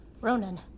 Ronan